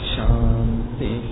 Shanti